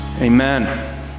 Amen